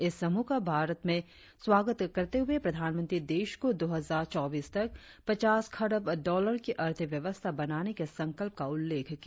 इस समूह का भारत में स्वागत करते हुए प्रधानमंत्री देश को दो हजार चौबीस तक पचास खरब डॉलर की अर्थव्यवस्था बनाने के संकल्प का उल्लेख किया